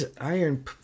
iron